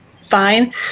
fine